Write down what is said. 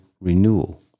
renewal